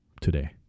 today